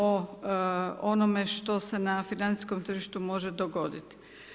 o onome što se na financijskom tržištu može dogoditi.